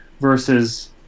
versus